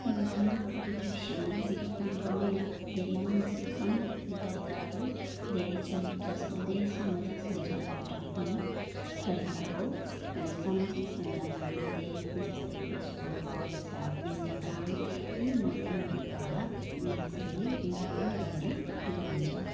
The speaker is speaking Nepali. वर्तमान परिदृश्यमा विज्ञापन गर्ने र धेरै मानिसहरूसम्म पुग्ने तरिकाहरू धेरै छन् जसमध्ये सामाजिक सञ्जाल एउटा प्रमुख तरिका हो समाजिक सञ्जालहरूमध्ये जस्तै फेसबुक व्हाट्सएप्प इन्स्टाग्राम यी माधियमहरूद्वारा मानिसहरूले विज्ञापन गर्ने गरिन्छ